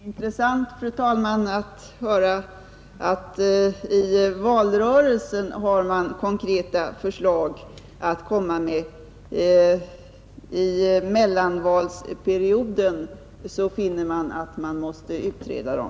Fru talman! Jag tycker att det är intressant att höra att i valrörelsen har man konkreta förslag att komma med; i mellanvalsperioden finner man att man måste utreda dem.